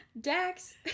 Dax